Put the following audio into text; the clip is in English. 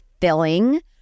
filling